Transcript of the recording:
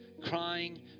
crying